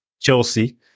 Chelsea